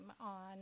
on